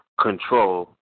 control